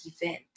event